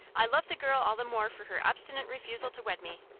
i love the girl all the more for her obstinate refusal to wed me.